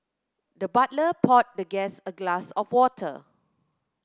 the butler poured the guest a glass of water